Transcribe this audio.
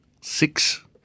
Six